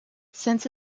since